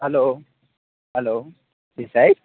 hello hello જી સાહેબ